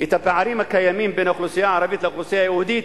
את הפערים הקיימים בין האוכלוסייה הערבית לאוכלוסייה היהודית,